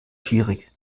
schwierig